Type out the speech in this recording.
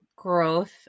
growth